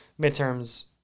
midterms